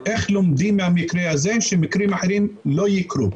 איך לומדים מהמקרה הזה שמקרים אחרים לא יקרו.